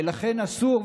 ולכן אסור,